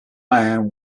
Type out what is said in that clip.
man